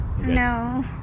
no